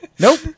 Nope